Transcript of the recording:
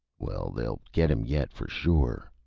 well, they'll get him yet, for sure.